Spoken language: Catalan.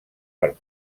per